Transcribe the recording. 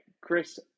Chris